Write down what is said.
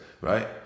Right